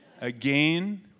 Again